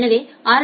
எனவே ஆர்